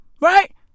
Right